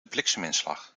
blikseminslag